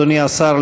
אדוני השר,